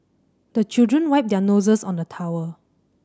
the children wipe their noses on the towel